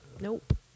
Nope